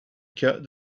cas